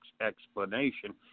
explanation